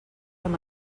amb